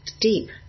deep